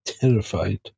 terrified